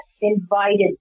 invited